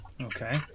Okay